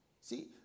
See